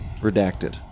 redacted